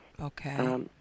Okay